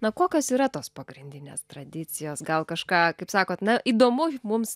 na kokios yra tos pagrindinės tradicijos gal kažką kaip sakot na įdomu mums